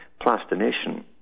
plastination